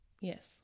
Yes